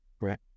Right